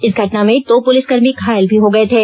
इस घटना में दो पुलिस कर्मी घायल भी हो गए थे